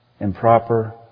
improper